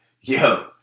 yo